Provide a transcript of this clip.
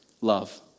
love